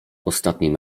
ostatnim